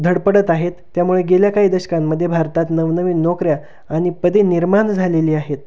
धडपडत आहेत त्यामुळे गेल्या काही दशकांमध्ये भारतात नवनवीन नोकऱ्या आणि पदे निर्माण झालेली आहेत